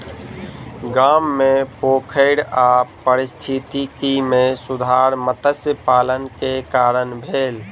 गाम मे पोखैर आ पारिस्थितिकी मे सुधार मत्स्य पालन के कारण भेल